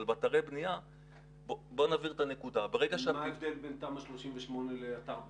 אבל באתרי בנייה --- מה ההבדל בין תמ"א 38 לאתר בנייה?